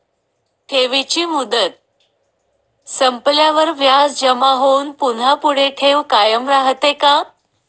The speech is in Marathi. ठेवीची मुदत संपल्यावर व्याज जमा होऊन पुन्हा पुढे ठेव कायम राहते का?